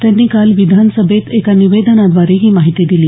त्यांनी काल विधान सभेत एका निवेदनाद्वारे ही माहिती दिली